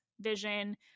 vision